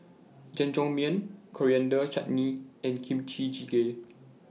Jajangmyeon Coriander Chutney and Kimchi Jjigae